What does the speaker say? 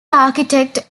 architect